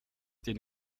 den